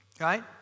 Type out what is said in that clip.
right